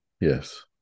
Yes